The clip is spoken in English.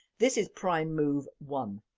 this is prime move one!